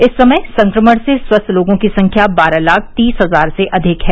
इस समय संक्रमण से स्वस्थ लोगों की संख्या बारह लाख तीस हजार से अधिक है